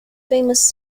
famous